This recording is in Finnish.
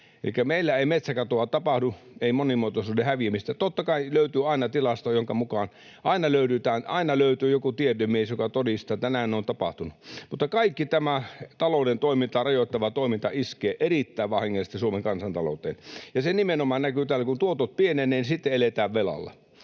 meillä ei metsäkatoa tapahdu, ei monimuotoisuuden häviämistä. Totta kai löytyy aina tilasto, jonka mukaan löytyy joku tiedemies, joka todistaa, että näin on tapahtunut. Kaikki tämä talouden toimintaa rajoittava toiminta iskee erittäin vahingollisesti Suomen kansantalouteen, ja se nimenomaan näkyy täällä: kun tuotot pienenevät, niin sitten eletään velalla.